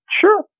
sure